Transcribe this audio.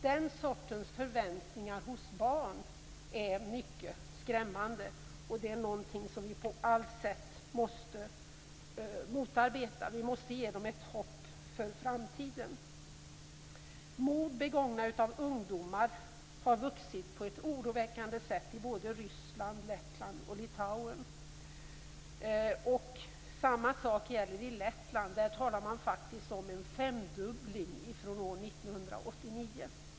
Den sortens förväntningar hos barn är mycket skrämmande, och det är någonting som vi på allt sätt måste motarbeta. Vi måste ge dem ett hopp för framtiden. Antalet mord begångna av ungdomar har ökat på ett oroväckande sätt i Ryssland, Lettland och Litauen. I Lettland talar man om en femdubbling från år 1989.